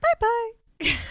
Bye-bye